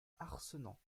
arcenant